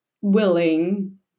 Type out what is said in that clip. willing